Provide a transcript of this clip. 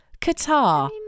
Qatar